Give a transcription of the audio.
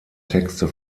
texte